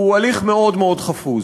הוא הליך מאוד מאוד חפוז,